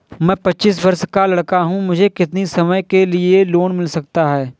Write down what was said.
मैं पच्चीस वर्ष का लड़का हूँ मुझे कितनी समय के लिए लोन मिल सकता है?